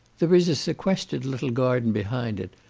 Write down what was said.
there is a sequestered little garden behind it,